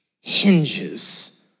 hinges